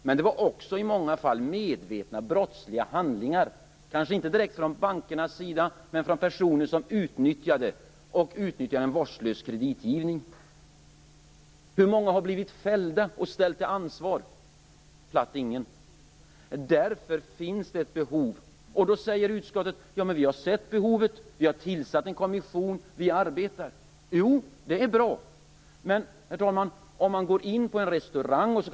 Men det var i många fall också fråga om medvetna brottsliga handlingar, kanske inte direkt från bankernas sida, men från personer som utnyttjade en vårdslös kreditgivning. Hur många har blivit ställda till ansvar och fällda? Ingen alls. Därför finns det ett behov av åtgärder. Utskottet säger att man har sett det behovet och tillsatt en kommission. Man arbetar. Ja, det är bra. Men, herr talman, när jag går in på restaurang kan jag göra på två sätt.